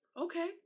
okay